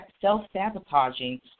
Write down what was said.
self-sabotaging